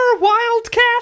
wildcat